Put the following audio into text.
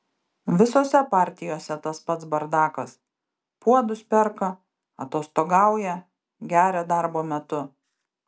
visose partijose tas pats bardakas puodus perka atostogauja geria darbo metu